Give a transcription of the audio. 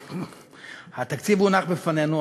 התקציב הונח בפנינו,